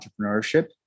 entrepreneurship